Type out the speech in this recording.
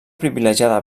privilegiada